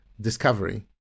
discovery